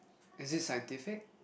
is it scientific